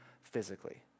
physically